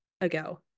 ago